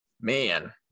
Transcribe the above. Man